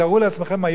תארו לעצמכם,